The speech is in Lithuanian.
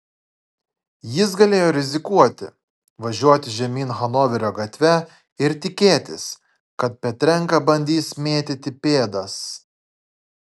jis galėjo rizikuoti važiuoti žemyn hanoverio gatve ir tikėtis kad petrenka bandys mėtyti pėdas